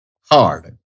hard